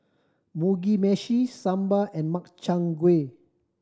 Mugi Meshi Sambar and Makchang Gui